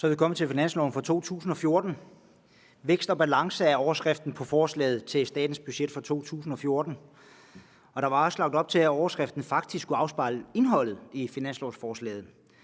Så er vi kommet til finansloven for 2014. Vækst og balance er overskriften på forslaget til statens budget for 2014. Der var også lagt op til, at overskriften faktisk skulle afspejle indholdet i finanslovsforslaget.